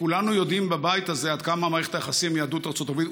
כולנו יודעים בבית הזה עד כמה מערכת היחסים עם יהדות ארצות הברית,